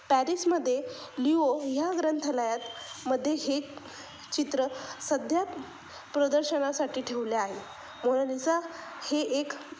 पॅरिसमध्ये लिओ ह्या ग्रंथालयातमध्ये हे चित्र सध्या प्रदर्शनासाठी ठेवले आहे मोनालिसा हे एक